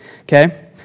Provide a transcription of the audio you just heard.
okay